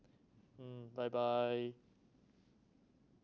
mm bye bye